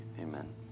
Amen